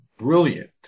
brilliant